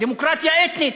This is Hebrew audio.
דמוקרטיה אתנית,